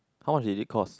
how much did it cost